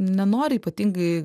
nenori ypatingai